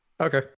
Okay